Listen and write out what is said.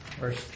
verse